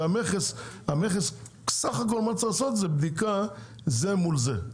שהמכס בסך הכל מה שהוא צריך לעשות זה בדיקה זה מול זה,